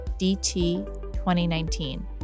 DT2019